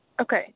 Okay